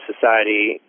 society